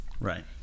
Right